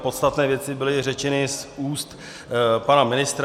Podstatné věci byly řečeny z úst pana ministra.